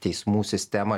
teismų sistemą